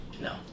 No